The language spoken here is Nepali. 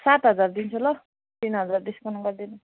सात हजार दिन्छु ल तिन हजार डिसकाउन्ट गरिदिनु